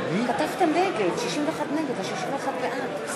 היא: 61 קולות בעד, 59 קולות נגד.